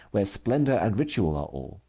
where splendor and ritual are all.